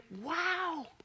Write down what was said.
wow